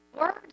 words